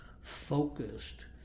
focused